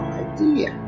idea